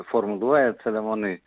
formuluojant selemonai